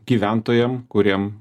gyventojam kuriem